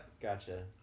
Gotcha